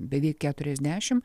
beveik keturiasdešim